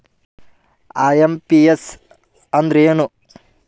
IMPS ಅಂದ್ರ ಏನು?